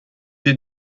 des